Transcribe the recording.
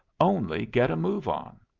only get a move on.